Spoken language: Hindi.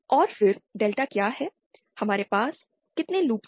और फिर डेल्टा क्या है हमारे पास कितने लूप्स हैं